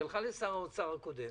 היא הלכה לבדוק אצל שר האוצר הקודם